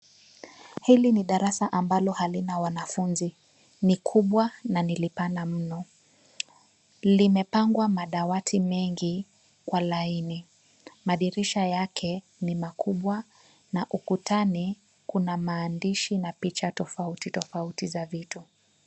Hili ni darasa ambalo halina wanafunzi, ni kubwa nani lipana mno. Limepangwa madawati mengi kwa laini. Madirisha yake ni makubwa na ukutani kuna maandishi na picha tofauti, tofauti za vitu.